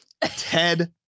ted